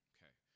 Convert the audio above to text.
Okay